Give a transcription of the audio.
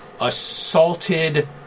assaulted